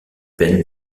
penn